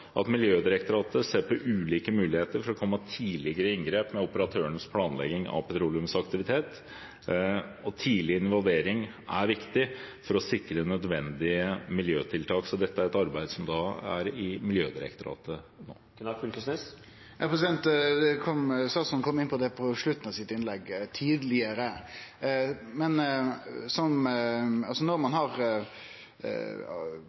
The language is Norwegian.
Miljødirektoratet på ulike muligheter for å komme tidligere i inngrep med operatørenes planlegging av petroleumsaktivitet, og tidlig involvering er viktig for å sikre nødvendige miljøtiltak. Så dette er et arbeid som er i Miljødirektoratet nå. Statsråden kom inn på det på slutten av innlegget sitt – altså «tidligere». Når ein har sagt at ein i stor grad er einig i dei funna som